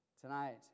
Tonight